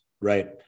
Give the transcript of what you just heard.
Right